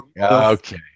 Okay